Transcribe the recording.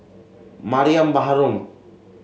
Mariam Baharom